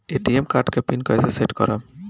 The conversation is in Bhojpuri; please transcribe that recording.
ए.टी.एम कार्ड के पिन कैसे सेट करम?